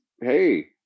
hey